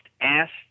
asked